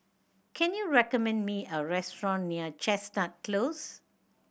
can you recommend me a restaurant near Chestnut Close